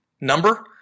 number